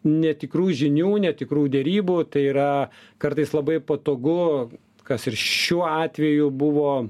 netikrų žinių netikrų derybų tai yra kartais labai patogu kas ir šiuo atveju buvo